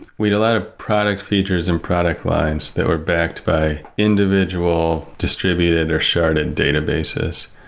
we had a lot of product features and product lines that were backed by individual distributed or sharded databases.